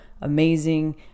amazing